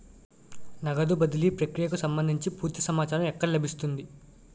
నగదు బదిలీ ప్రక్రియకు సంభందించి పూర్తి సమాచారం ఎక్కడ లభిస్తుంది?